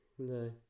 No